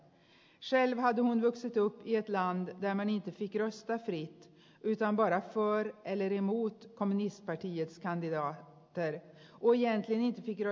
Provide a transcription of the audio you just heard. själv hade hon vuxit upp i ett land där man inte fick rösta fritt utan bara för eller emot kommunistpartiets kandidater och egentligen inte fick rösta emot